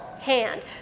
hand